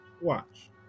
Watch